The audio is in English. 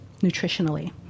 nutritionally